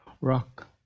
rock